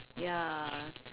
ya